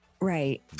Right